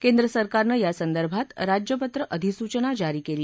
केंद्रसरकारनं यासंदर्भात राज्यपत्र अधिसूचना जारी केली